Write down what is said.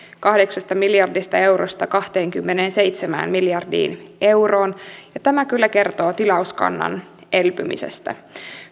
kahdeksasta miljardista eurosta kahteenkymmeneenseitsemään miljardiin euroon ja tämä kyllä kertoo tilauskannan elpymisestä